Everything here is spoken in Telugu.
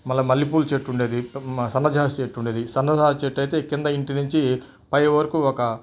మరల మల్లెపూలు చెట్టు ఉండేది సన్నజాజి చెట్టు ఉండేది సన్న జాజి చెట్టు అయితే కింద ఇంటి నించి పైవరకు ఒక